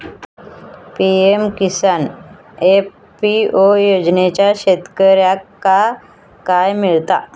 PM Kisan FPO योजनाच्यात शेतकऱ्यांका काय मिळता?